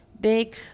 big